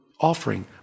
offering